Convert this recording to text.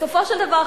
בסופו של דבר,